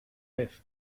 vez